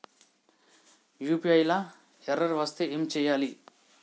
UPI లా error వస్తే ఏం చేయాలి?